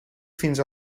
fins